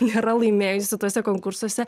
nėra laimėjusi tuose konkursuose